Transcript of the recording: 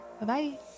Bye-bye